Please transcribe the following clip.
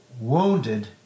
wounded